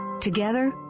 Together